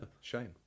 Shame